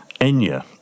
Enya